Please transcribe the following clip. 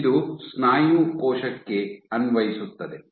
ಇದು ಸ್ನಾಯು ಕೋಶಕ್ಕೆ ಅನ್ವಯಿಸುತ್ತದೆ